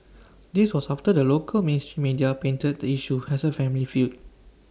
this was after the local media painted the issue as A family feud